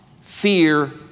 fear